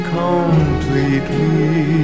completely